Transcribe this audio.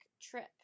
trip